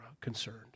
concerned